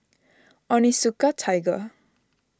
Onitsuka Tiger